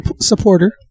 supporter